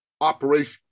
operation